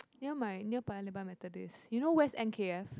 near my near Paya-Lebar Methodist you know where's N_K_F